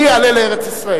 אני אעלה לארץ-ישראל.